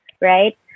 right